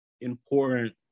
important